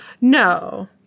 No